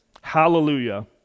hallelujah